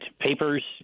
Papers